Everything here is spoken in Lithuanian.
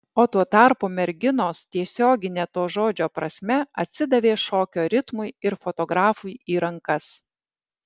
o tuo tarpu merginos tiesiogine to žodžio prasme atsidavė šokio ritmui ir fotografui į rankas